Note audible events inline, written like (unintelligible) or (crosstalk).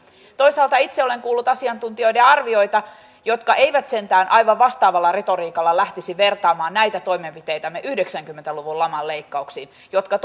toisaalta itse olen kuullut asiantuntijoiden arvioita joiden mukaan en sentään aivan vastaavalla retoriikalla lähtisi vertaamaan näitä toimenpiteitämme yhdeksänkymmentä luvun laman leikkauksiin jotka (unintelligible)